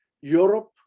europe